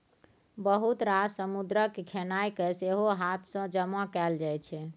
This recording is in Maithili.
बहुत रास समुद्रक खेनाइ केँ सेहो हाथ सँ जमा कएल जाइ छै